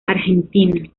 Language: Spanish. argentina